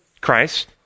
Christ